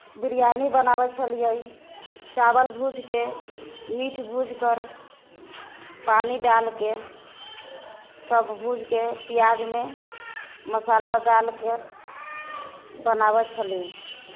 बिरआनी बनाबै छलिए चावल भुजिके मीट भुजिके पानी डालिके सब भुजिके पिआजमे मसाला डालिके बनाबै छलिए